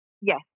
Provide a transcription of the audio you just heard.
Yes